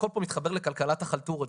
הכל פה מתחבר לכלכלת החלטורות.